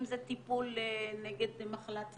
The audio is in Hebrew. אם זה טיפול נגד מחלת סרטן,